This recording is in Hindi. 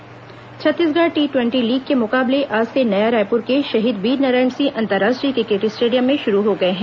खेल छत्तीसगढ़ टी ट्रेंटी लीग के मुकाबले आज से नया रायपुर के शहीद वीरनारायण सिंह अंतर्राष्ट्रीय क्रिकेट स्टेडियम में शुरू हो गए हैं